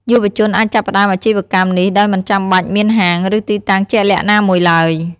យុវជនអាចចាប់ផ្តើមអាជីវកម្មនេះដោយមិនចាំបាច់មានហាង ឬទីតាំងជាក់លាក់ណាមួយឡើយ។